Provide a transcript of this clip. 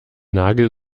nagel